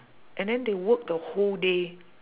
and then they work the whole day